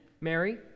Mary